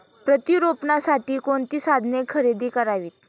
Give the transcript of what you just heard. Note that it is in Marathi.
प्रत्यारोपणासाठी कोणती साधने खरेदी करावीत?